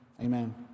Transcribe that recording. Amen